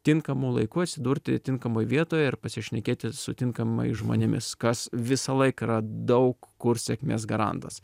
tinkamu laiku atsidurti tinkamoj vietoj ir pasišnekėti su tinkamais žmonėmis kas visą laiką yra daug kur sėkmės garantas